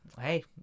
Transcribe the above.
hey